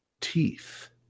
teeth